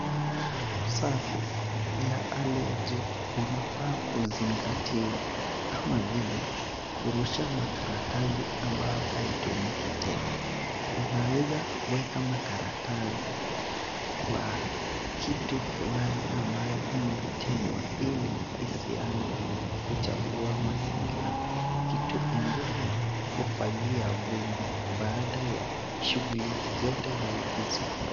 Usafi ya ali ya juu unafaa kuzingatiwa. Kama vile kurusha makaratasi ambayo haitumiki tena, unaeza weka makaratasi kwa kitu fulani ambae imetengwa ili isianze kuchafua mazingira, kitu ingine ni kufagia vumbi baada ya shughli zote za ofisi kufanyika.